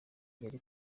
yari